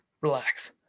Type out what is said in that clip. Relax